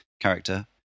character